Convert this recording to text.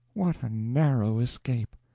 what a narrow escape!